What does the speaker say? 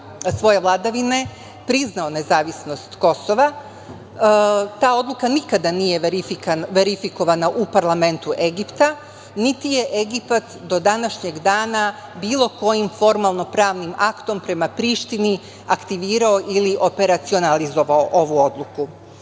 svoje vladavine priznao nezavisnost Kosova. Ta odluka nikada nije verifikovana u parlamentu Egipta, niti je Egipat do današnjeg dana bilo kojim formalno-pravnim aktom prema Prištini aktivirao ili operacionalizovao ovu odluku. Što